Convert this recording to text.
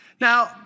Now